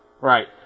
Right